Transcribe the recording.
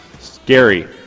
Scary